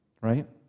Right